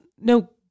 no